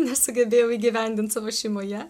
nesugebėjau įgyvendint savo šeimoje